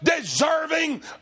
deserving